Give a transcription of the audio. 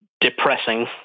depressing